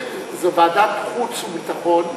זה ועדת חוץ וביטחון.